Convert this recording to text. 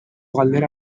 galdera